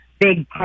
big